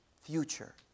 future